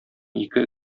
ике